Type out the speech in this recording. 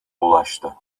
ulaştı